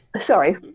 Sorry